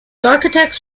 architects